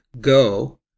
Go